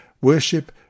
worship